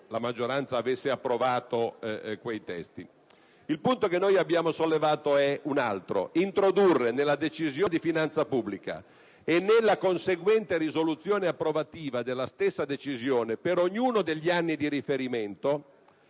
quest'ultima avesse approvato quei testi. Il punto che abbiamo sollevato è un altro: riguarda l'introduzione nella Decisione di finanza pubblica e nella conseguente Risoluzione di approvazione della stessa Decisione, per ognuno degli anni di riferimento,